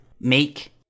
make